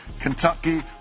Kentucky